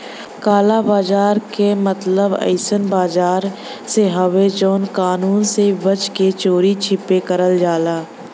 काला बाजार क मतलब अइसन बाजार से हउवे जौन कानून से बच के चोरी छिपे करल जाला